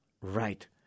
Right